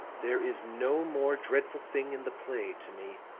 there is no more dreadful thing in the play, to me,